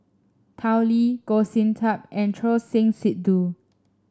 Tao Li Goh Sin Tub and Choor Singh Sidhu